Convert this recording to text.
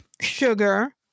sugar